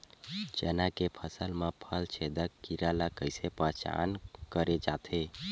चना के फसल म फल छेदक कीरा ल कइसे पहचान करे जाथे?